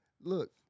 Look